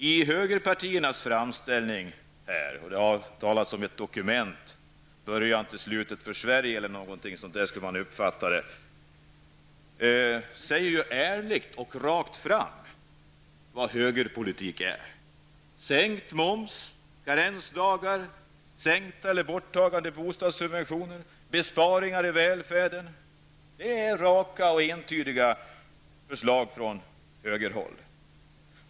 I högerpartiernas framställning -- det har här talats om ett dokument som skulle uppfattas som början till slutet för Sverige eller någonting liknande -- sägs det ärligt och rakt vad högerpolitik innebär. Det är fråga om sänkt moms, karensdagar, sänkta eller borttagna bostadssubventioner och besparingar inom välfärden -- det är raka och entydiga förslag från högerhåll.